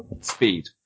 speed